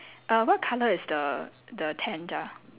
err what colour is the the tent ah